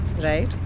right